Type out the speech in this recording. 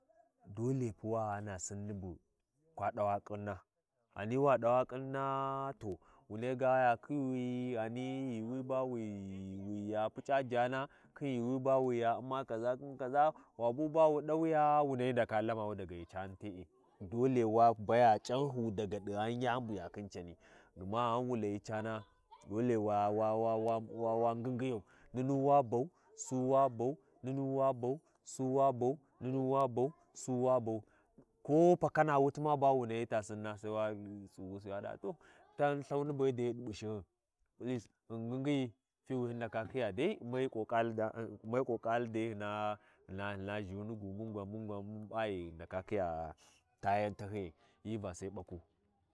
Dole pu wa ghana Sinni bu kwa ɗawa kinna, ghani wa ɗawa ƙinna to, wunai ga yu khiwi, ghani yuuwi ba wi-wi ya Puc’a jana khi yuuwi wi ya U’mma kaʒa khin kaʒa, wa bu ba wu ɗawi ya wunai yandaka lamavi daga ghi cani te’e, dole wa baya C’anhu daga ɗighan yani bu ya khin cani gma ghan wu Layi cana, dole wa, wa. Wa wa ngyigyiyau, nuna wa bau, Su wa bau, nunu wa bau, su wa bau nunu wa bau, su wa bau ko pakana wuti ma ba wu nahyi ta Sinna sai wa tsighusi wa ɗaba to taghin Lthauni de be ɗi P’u shi hyin, ngyi, gyiyi, fi wi hyin ndaka khiya dai ume ƙɔali don all ume ƙoƙoli ai dyina ʒhuni gwam, mun gwan mungwan mun P’a ghi ghi ndaka khiya ta yan takhiya hyi ba sai baku.